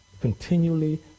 continually